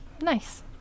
Nice